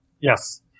Yes